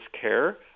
care